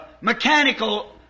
mechanical